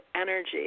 energy